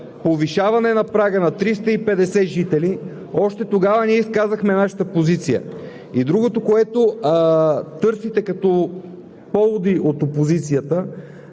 повишаване на прага на 350 жители, още тогава ние изказахме нашата позиция. Другото, което търсите като поводи от опозицията,